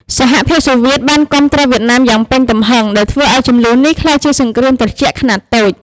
សហភាពសូវៀតបានគាំទ្រវៀតណាមយ៉ាងពេញទំហឹង ដែលធ្វើឱ្យជម្លោះនេះក្លាយជាសង្គ្រាមត្រជាក់ខ្នាតតូច។